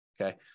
okay